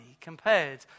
compared